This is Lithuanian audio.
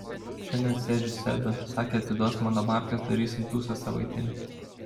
šiandien sėdžiu sebe sakė atiduos mano babkes darysim tūsą savaitinį